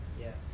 Yes